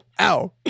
Ow